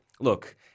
look